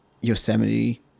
Yosemite